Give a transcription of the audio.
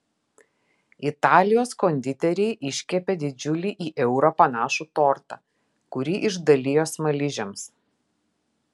italijos konditeriai iškepė didžiulį į eurą panašų tortą kurį išdalijo smaližiams